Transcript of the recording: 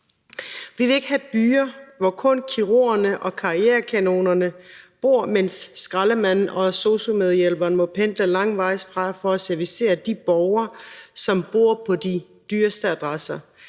Vi vil ikke have byer, hvor kun kirurgerne og karrierekanonerne bor, mens skraldemanden og sosu-medhjælperen må pendle langvejs fra for at servicere de borgere, som bor på de dyreste adresser.